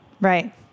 right